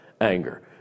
anger